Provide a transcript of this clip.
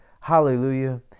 hallelujah